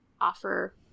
offer